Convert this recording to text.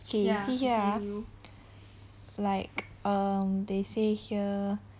okay see here ah like um they say here